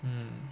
mm